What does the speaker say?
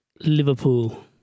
Liverpool